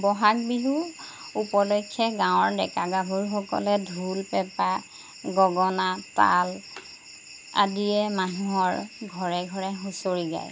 বহাগ বিহু উপলক্ষে গাঁৱৰ ডেকা গাভৰুসকলে ঢোল পেঁপা গগনা তাল আদিয়ে মানুহৰ ঘৰে ঘৰে হুঁচৰি গায়